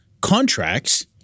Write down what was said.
contracts